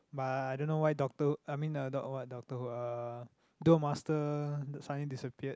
but I don't know why doctor I mean the what doctor who uh duel-master suddenly disappeared